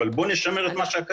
אבל בואו נשמר את הקיים.